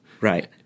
Right